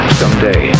someday